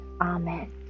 Amen